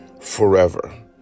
forever